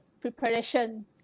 preparation